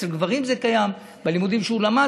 אצל גברים זה קיים: בלימודים שהוא למד